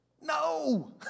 No